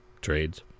trades